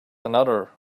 another